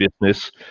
business